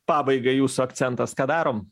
pabaigai jūsų akcentas ką darom